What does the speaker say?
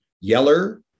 yeller